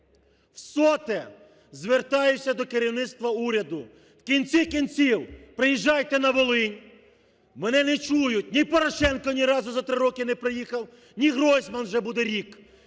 в соте звертаюся до керівництва уряду: в кінці кінців, приїжджайте на Волинь. Мене не чують, ні Порошенко ні разу за три роки не приїхав, ні Гройсман, вже буде рік.